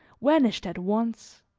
vanished at once.